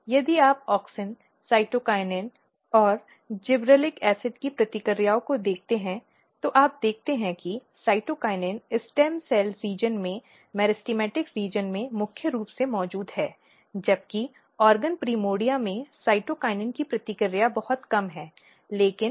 यदि आप auxin cytokinin और जिबरेलिक एसिड की प्रतिक्रियाओं को देखते हैं जो आप देखते हैं कि साइटोकिनिन स्टेम सेल क्षेत्र में मेरिस्टेमेटिक क्षेत्र में प्रमुख रूप से मौजूद है जबकि ऑर्गन प्राइमर्डिया में साइटोकिनिन की प्रतिक्रिया बहुत कम है लेकिन ऑक्सिन के विपरीत पैटर्न है